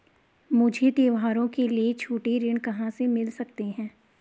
मुझे त्योहारों के लिए छोटे ऋण कहाँ से मिल सकते हैं?